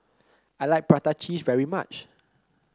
I like Prata Cheese very much